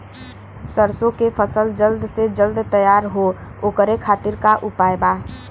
सरसो के फसल जल्द से जल्द तैयार हो ओकरे खातीर का उपाय बा?